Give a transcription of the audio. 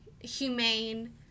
humane